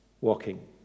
walking